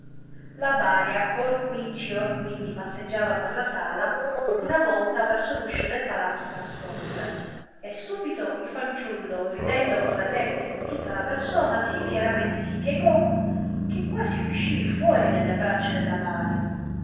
la balia eh or quinci or quindi passeggiava per la sala una volta verso l uscio del palazzo trascorse e subito il fanciullo ridendo con la testa e con tutta la persona si fieramente si piegò che quasi uscì fuori delle braccia della balia